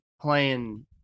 playing